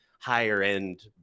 higher-end